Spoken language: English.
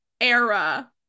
era